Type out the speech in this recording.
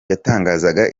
yatangaga